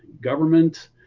government